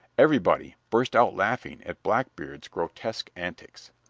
everybody burst out laughing at blackbeard's grotesque antics.